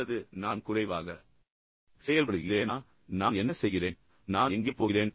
அல்லது நான் குறைவாக செயல்படுகிறேனா நான் என்ன செய்கிறேன் நான் எங்கே போகிறேன்